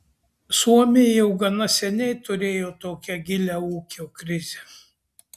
suomiai jau gana seniai turėjo tokią gilią ūkio krizę